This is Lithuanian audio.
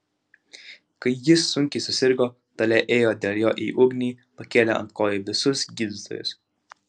kai jis sunkiai susirgo dalia ėjo dėl jo į ugnį pakėlė ant kojų visus gydytojus